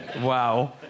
wow